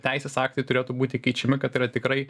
teisės aktai turėtų būti keičiami kad yra tikrai